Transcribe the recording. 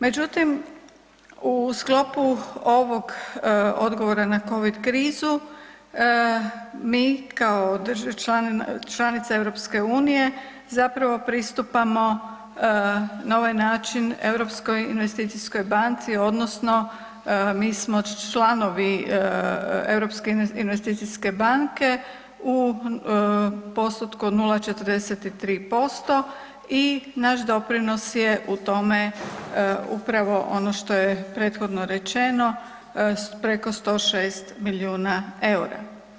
Međutim, u sklopu odgovora na covid krizu mi kao članica EU pristupamo na ovaj način Europskoj investicijskoj banci odnosno mi smo članovi Europske investicijske banke u postotku od 0,43% i naš doprinos je u tome upravo ono što je prethodno rečeno preko 106 milijuna eura.